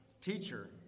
Teacher